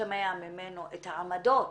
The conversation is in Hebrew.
משתמע ממנו את העמדות,